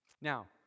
Now